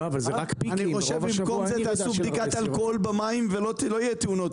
אני חושב שבמקום זה תעשו בדיקת אלכוהול במים ולא יהיו יותר תאונות.